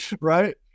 right